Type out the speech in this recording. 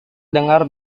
dengar